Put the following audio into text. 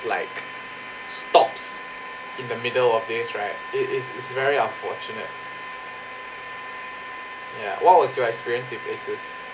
like stops in the middle of this right it it's it's very unfortunate ya what was your experience with asus